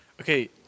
Okay